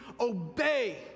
obey